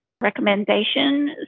recommendation